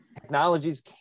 technologies